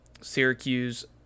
Syracuse